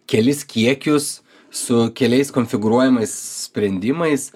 kelis kiekius su keliais konfigūruojamais sprendimais